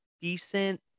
decent